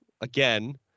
again